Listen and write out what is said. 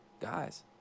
Guys